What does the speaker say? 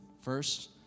First